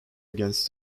against